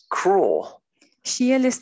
cruel